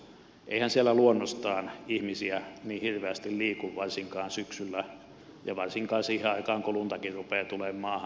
eihän siellä luonnostaan ihmisiä niin hirveästi liiku varsinkaan syksyllä ja varsinkaan siihen aikaan kun luntakin rupeaa tulemaan maahan